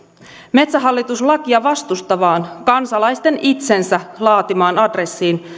metsähallitus lakia vastustavaan kansalaisten itsensä laatimaan adressiin